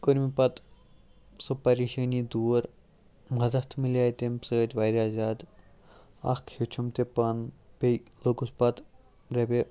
کٔر مےٚ پَتہٕ سۄ پریشٲنی دوٗر مدد میلیٛاے تَمہِ سۭتۍ واریاہ زیادٕ اَکھ ہیٛوچھُم تہِ پانہٕ بیٚیہِ لوٚگُس پَتہٕ رۄپیہِ